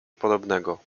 podobnego